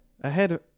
ahead